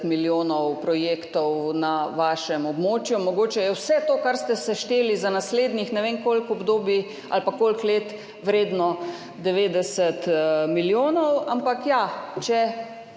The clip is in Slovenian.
milijonov projektov. Mogoče je vse to, kar ste sešteli, za naslednjih ne vem koliko obdobij ali pa koliko let, vredno 90 milijonov. Ampak ja, če